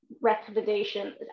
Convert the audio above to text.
recommendation